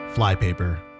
Flypaper